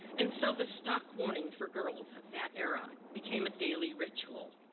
and so, the stock warning for girls of that era, became a daily ritual.